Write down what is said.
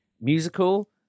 musical